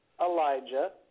Elijah